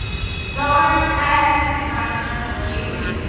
start as my scheme